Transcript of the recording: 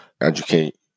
educate